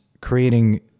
creating